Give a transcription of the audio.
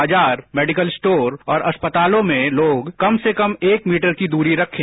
बाजार medical store और अस्पतालों में लोग कम से कम एक मीटर की दूरी रखें